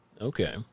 Okay